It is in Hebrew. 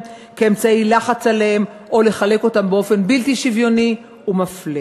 כאמצעי לחץ עליהן או לחלק אותם באופן בלתי-שוויוני ומפלה.